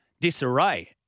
disarray